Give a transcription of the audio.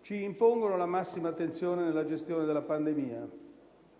ci impongono la massima attenzione nella gestione della pandemia.